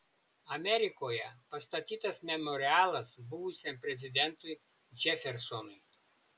amerikoje pastatytas memorialas buvusiam prezidentui džefersonui